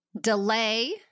delay